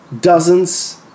dozens